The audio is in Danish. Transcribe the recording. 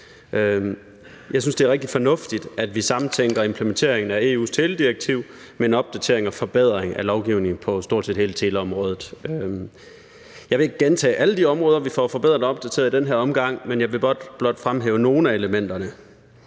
Jeg synes, det er rigtig fornuftigt, at vi samtænker implementeringen af EU's teledirektiv med en opdatering og forbedring af lovgivningen på stort set hele teleområdet. Jeg vil ikke gentage alle de områder, vi får forbedret og opdateret i den her omgang, men jeg vil godt blot fremhæve nogle af elementerne.